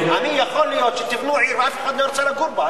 יכול להיות שתבנו עיר ואף אחד לא ירצה לגור בה.